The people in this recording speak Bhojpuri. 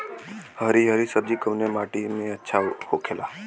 हरी हरी सब्जी कवने माटी में अच्छा होखेला?